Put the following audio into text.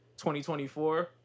2024